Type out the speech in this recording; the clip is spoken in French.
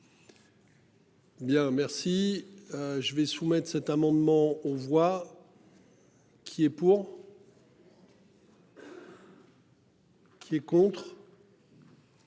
Bien merci. Je vais soumettre cet amendement on voit. Qui est pour. Qui est contre.